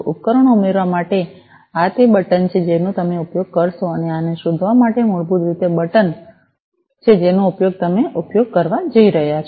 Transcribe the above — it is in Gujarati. ઉપકરણો ઉમેરવા માટે આ તે બટન છે જેનો તમે ઉપયોગ કરશો અને આને શોધવા માટે મૂળભૂત રીતે તે બટન છે જેનો તમે ઉપયોગ કરવા જઈ રહ્યા છો